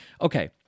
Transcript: okay